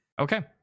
Okay